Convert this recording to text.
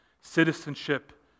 citizenship